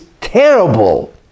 terrible